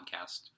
podcast